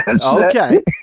Okay